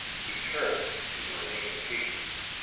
he turned to the remaining pages.